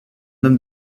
homme